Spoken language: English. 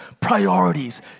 priorities